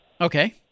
Okay